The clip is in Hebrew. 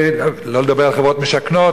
שלא לדבר על חברות משכנות,